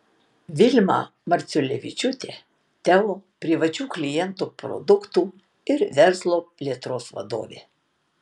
vilma marciulevičiūtė teo privačių klientų produktų ir verslo plėtros vadovė